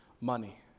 money